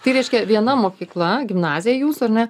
tai reiškia viena mokykla gimnazija jūsų ar ne